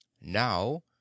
Now